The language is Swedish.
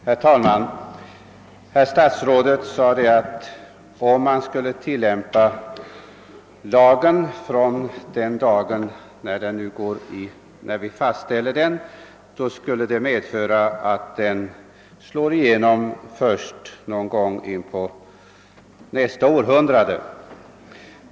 Herr talman! Herr statsrådet sade att om lagen skulle tillämpas från den dag vi fastställer den, skulle den slå igenom först någon gång in på nästa århundrade.